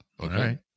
Okay